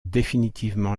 définitivement